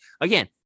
again